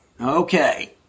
Okay